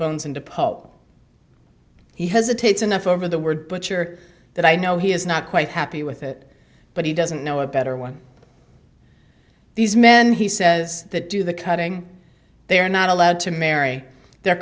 poke he hesitates enough over the word butcher that i know he is not quite happy with it but he doesn't know a better one these men he says that do the cutting they are not allowed to marry their